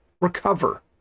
Recover